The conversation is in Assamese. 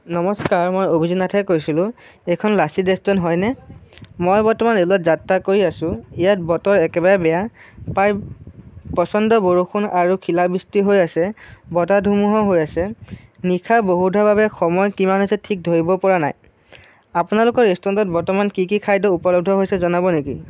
নমস্কাৰ মই অভিজিত নাথে কৈছিলোঁ এইখন লাচিত ৰেষ্টুৰেণ্ট হয়নে মই বৰ্তমান ৰে'লত যাত্ৰা কৰি আছোঁ ইয়াত বতৰ একেবাৰে বেয়া প্ৰায় প্ৰচণ্ড বৰষুণ আৰু শিলাবৃষ্টি হৈ আছে বতাহ ধুমুহাও হৈ আছে নিশা বহুত হোৱাৰ বাবে সময় কিমান হৈছে ঠিক ধৰিব পৰা নাই আপোনালোকৰ ৰেষ্টুৰেণ্টত বৰ্তমান কি কি খাদ্য উপলব্ধ হৈছে জনাব নেকি